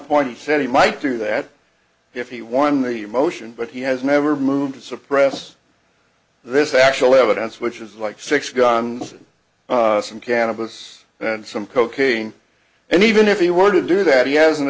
point he said he might do that if he won the motion but he has never moved to suppress this actual evidence which is like six guns some cannabis and some cocaine and even if he were to do that he has an